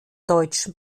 deutschen